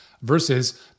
versus